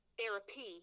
therapy